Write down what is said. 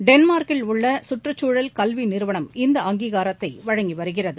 டென்மார்க்கில் உள்ள கற்றுச்சூழல் கல்வி நிறுவனம் இந்த அங்கீகாரத்தை வழங்கி வருகிறது